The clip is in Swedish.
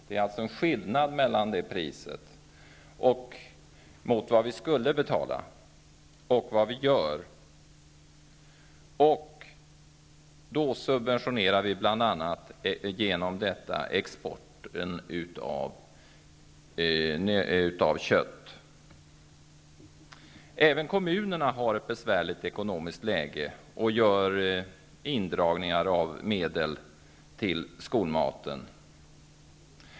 Det är alltså en skillnad mellan det pris som vi skulle betala och det pris som vi betalar. Genom detta subventionerar vi bl.a. exporten av kött. Även kommunerna har ett besvärligt ekonomiskt läge och gör indragningar av medel till skolmaten.